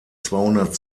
zweihundert